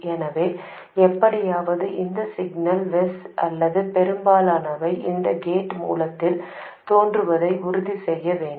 எனவே எப்படியாவது இந்த சிக்னல் Vs அல்லது பெரும்பாலானவை இந்த கேட் மூலத்தில் தோன்றுவதை உறுதிசெய்ய வேண்டும்